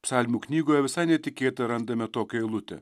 psalmių knygoje visai netikėta randame tokią eilutę